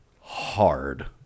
hard